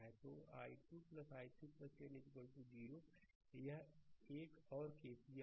तो i2 i3 10 0 यह एक और केसीएल है